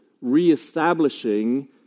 re-establishing